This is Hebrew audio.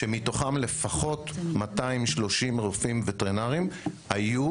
שמתוכם לפחות 230 רופאים וטרינרים היו